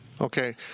Okay